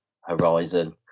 horizon